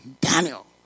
Daniel